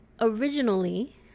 originally